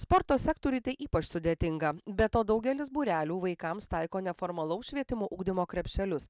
sporto sektoriui tai ypač sudėtinga be to daugelis būrelių vaikams taiko neformalaus švietimo ugdymo krepšelius